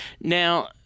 Now